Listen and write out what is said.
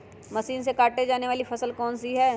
Machine से काटे जाने वाली कौन सी फसल है?